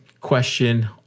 question